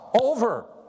over